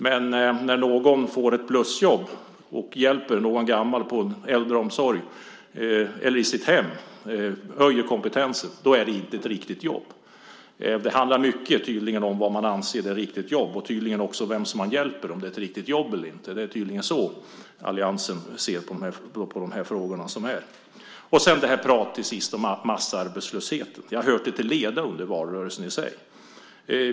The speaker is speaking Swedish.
Men när någon får ett plusjobb och hjälper någon gammal i äldreomsorgen eller i hemmet, och höjer kompetensen, är det inte ett riktigt jobb. Det handlar tydligen mycket om vad man anser är ett riktigt jobb. Och det handlar tydligen också om vem man hjälper, om det är ett riktigt jobb eller inte. Det är tydligen så alliansen ser på de här frågorna. Till sist gäller det pratet om massarbetslösheten. Vi har hört det till leda under valrörelsen.